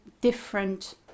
different